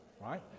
right